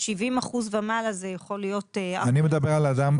70% ומעלה זה יכול להיות הרבה --- אני מדבר על האדם